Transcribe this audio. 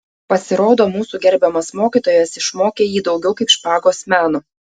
pasirodo mūsų gerbiamas mokytojas išmokė jį daugiau kaip špagos meno